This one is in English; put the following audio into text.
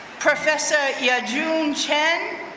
professor yajun chen,